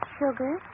sugar